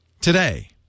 Today